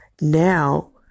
now